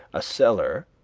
a cellar,